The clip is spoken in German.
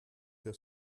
der